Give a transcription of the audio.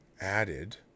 added